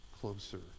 closer